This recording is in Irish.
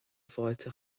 bhfáilte